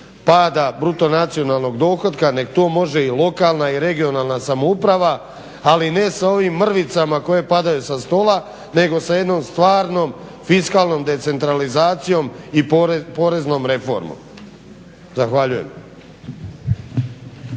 pada BDP-a, nego to može i lokalna i regionalna samouprava ali ne sa ovim mrvicama koje padaju sa stola nego sa jednom stvarnom fiskalnom decentralizacijom i poreznom reformom. Zahvaljujem.